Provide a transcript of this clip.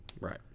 right